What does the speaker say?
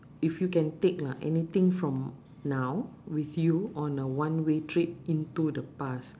if you can take lah anything from now with you on a one way trip into the past